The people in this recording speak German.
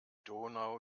donau